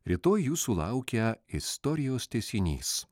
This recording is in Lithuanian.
rytoj jūsų laukia istorijos tęsinys